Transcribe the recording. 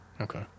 okay